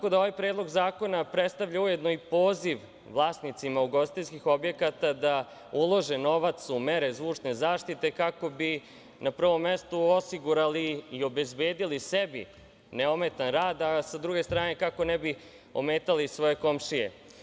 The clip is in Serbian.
Ovaj Predlog zakona predstavlja ujedno i poziv vlasnicima ugostiteljskih objekata da ulože novac u mere zvučne zaštite, kako bi na prvom mestu osigurali i obezbedili sebi neometan rad, a sa druge strane kako ne bi ometali svoje komšije.